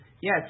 yes